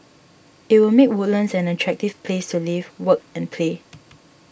it will make Woodlands an attractive place to live work and play